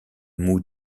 moue